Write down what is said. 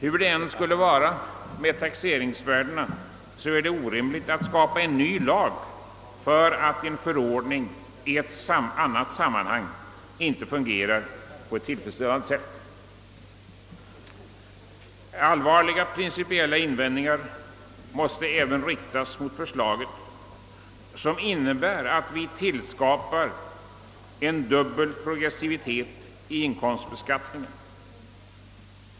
Hur det än förhåller sig med taxeringsvärdena, är det orimligt att skapa en ny lag därför att en förordning i annat sammanhang inte fungerar på ett tillfredsställande sätt. Allvarliga principiella invändningar måste även riktas mot förslaget, som innebär att vi tillskapar en dubbel progressivitet i inkomstbeskattningen.